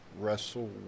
wrestle